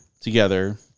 Together